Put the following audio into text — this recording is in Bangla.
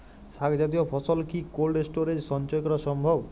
শাক জাতীয় ফসল কি কোল্ড স্টোরেজে সঞ্চয় করা সম্ভব?